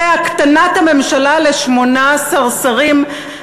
זה הקטנת הממשלה ל-18 שרים,